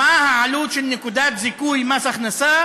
מה העלות של נקודת זיכוי מס הכנסה